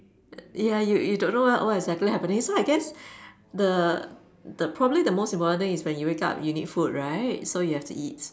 ya you you don't know what what exactly happening so I guess the the probably the most important thing is when you wake up you need food right so you have to eat